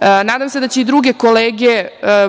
Nadam se da će i druge kolege